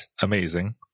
amazing